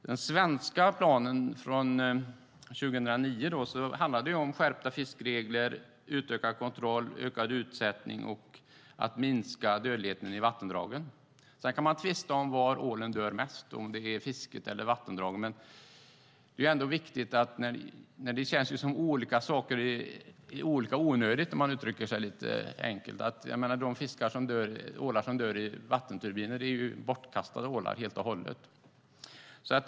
Den svenska planen från 2009 handlar om skärpta fiskeregler, utökad kontroll, ökad utsättning och att minska dödligheten i vattendragen. Sedan kan man tvista om var det dör mest ålar, om det är i samband med fisket eller i vattendragen. Det känns som att olika saker är olika onödiga, för att nu uttrycka sig så. De ålar som dör i vattenturbiner är ju bortkastade ålar helt och hållet.